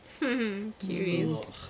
Cuties